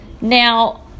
Now